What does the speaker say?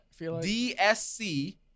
DSC